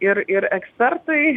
ir ir ekspertai